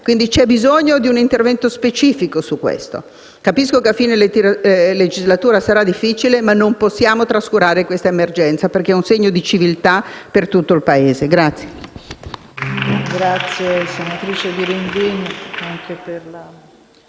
indicate. C'è bisogno di un intervento specifico su questo punto. Capisco che a fine legislatura sarà difficile, ma non possiamo trascurare questa emergenza perché è un segno di civiltà per tutto il Paese.